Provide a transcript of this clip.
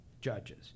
judges